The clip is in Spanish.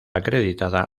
acreditada